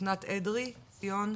עורכת הדין ליה קוק מהמועצה לשלום הילד,